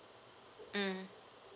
mm